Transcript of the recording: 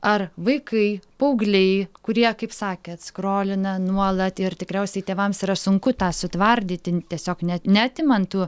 ar vaikai paaugliai kurie kaip sakėt skrolina nuolat ir tikriausiai tėvams yra sunku tą sutvardyti tiesiog ne neatimant tų